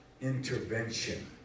intervention